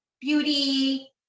beauty